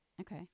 okay